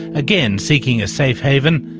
again seeking a safe haven,